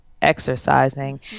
exercising